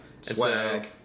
Swag